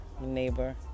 neighbor